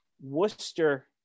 Worcester